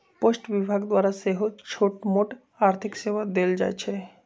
post विभाग द्वारा सेहो छोटमोट आर्थिक सेवा देल जाइ छइ